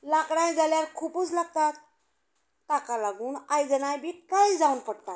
लाकडांय जाल्यार खुबूच लागतात ताका लागून आयदनांय बी काळी जावन पडटात